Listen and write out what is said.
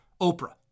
Oprah